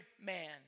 man